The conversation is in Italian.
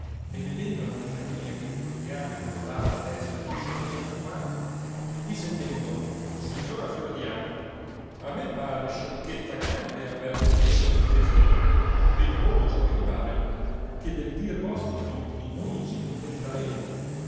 e vedendo la compagnia che fiordiana crollava la testa sorridendo alquanto disse il bembo signora fiordiana a me par sciocchezza grande a perder il tempo in questo dite voi ciò che vi pare che del dir vostro tutti noi ci contentaremo